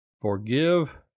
Forgive